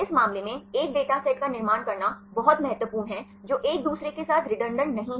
इस मामले में एक डाटासेट का निर्माण करना बहुत महत्वपूर्ण है जो एक दूसरे के साथ रेडुन्ङन्त नहीं हैं